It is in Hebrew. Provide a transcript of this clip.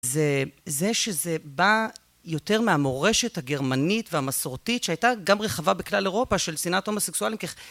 זה שזה בא יותר מהמורשת הגרמנית והמסורתית שהייתה גם רחבה בכלל אירופה של שנאת הומוסקסואלים